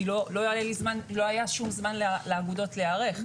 כי לא היה שום זמן לאגודות להיערך.